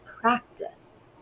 practice